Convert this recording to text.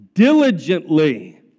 Diligently